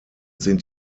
sind